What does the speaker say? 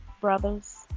brothers